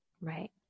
Right